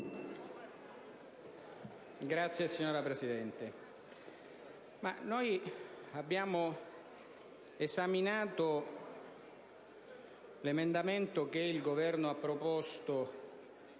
abbiamo esaminato l'emendamento che il Governo ha proposto